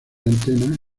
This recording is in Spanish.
antenas